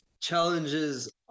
challenges